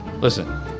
Listen